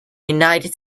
united